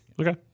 Okay